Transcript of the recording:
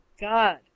God